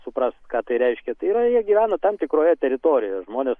suprask ką tai reiškia tai yra jie gyvena tam tikroje teritorijoje žmonės